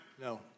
No